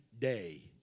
day